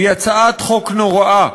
היא הצעת חוק נוראה.